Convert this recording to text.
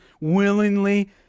willingly